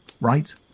right